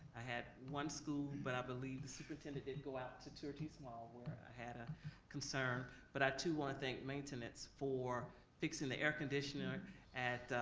i had one school but i believe the superintendent did go out to turie t. small where i had a concern. but i too want to thank maintenance for fixing the air conditioning at